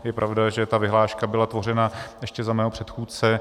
Je pravda, že ta vyhláška byla tvořena ještě za mého předchůdce.